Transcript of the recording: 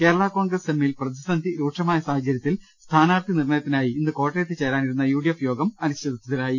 കേരളാ കോൺഗ്രസ് എമ്മിൽ പ്രതിസന്ധി രൂക്ഷമായ സാഹചര്യത്തിൽ സ്ഥാനാർത്ഥി നിർണയ ത്തിനായി ഇന്ന് കോട്ടയത്തു ചേരാനിരുന്ന യുഡിഎഫ് യോഗം അനിശ്ചിത്വത്തിലായി